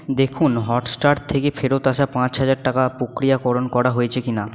দেখুন হটস্টার থেকে ফেরত আসা পাঁচ হাজার টাকা প্রক্রিয়াকরণ করা হয়েছে কিনা